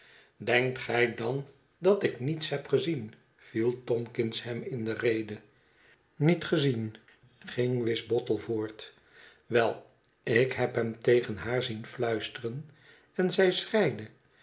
denkt gij dan dat ik niets heb gezien viel tomkins hem in de rede niet gezien ging wisbottle voort wel ik heb hem tegen haar zien fluisteren en zij